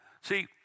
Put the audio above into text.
See